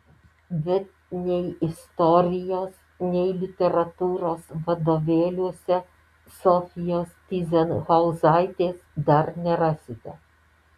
bet nei istorijos nei literatūros vadovėliuose sofijos tyzenhauzaitės dar nerasite